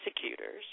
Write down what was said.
prosecutors